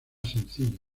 sencillo